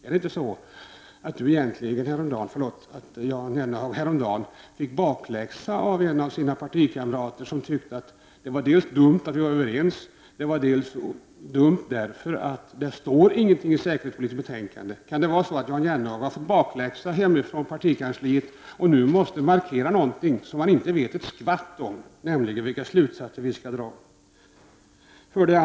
Är det inte så att Jan Jennehag häromdagen fick bakläxa av en av sina partikamrater, som tyckte dels att det var dumt att vara överens i försvarkommittén, dels att det inte står någonting i det säkerhetspolitiska betänkandet? Kan det vara så att Jan Jennehag har fått bakläxa hemifrån partikansliet och nu måste markera någonting som han inte vet ett skvatt om, nämligen vilka slutsatser vi kommer att dra?